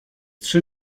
trzy